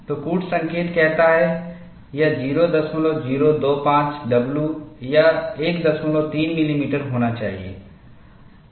तो कूट संकेत कहता है यह 0025 w या 13 मिलीमीटर होना चाहिए